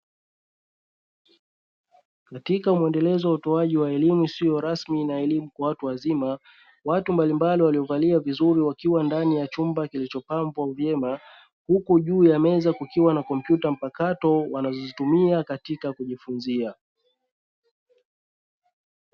Katika muendelezo wa utoaji wa elimu isiyo rasmi na elimu kwa watu wazima. Watu mbalimbali waliovalia vizuri wakiwa ndani ya chumba kilichopambwa vyema, huku juu ya meza kukiwa na kompyuta mpakato wanazozitumia katika kujifunzia.